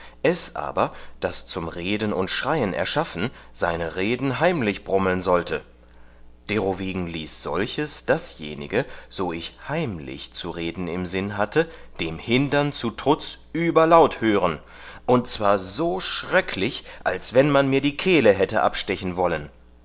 es aber das zum reden und schreien erschaffen seine reden heimlich brummlen sollte derowegen ließ solches dasjenige so ich heimlich zu reden im sinn hatte dem hindern zu trutz überlaut hören und zwar so schröcklich als wann man mir die kehle hätte abstechen wollen